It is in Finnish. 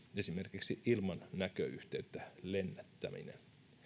esimerkiksi ilman näköyhteyttä lennättäminen